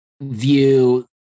view